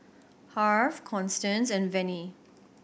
Harve Constance and Vennie